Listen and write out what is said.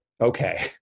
okay